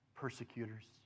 persecutors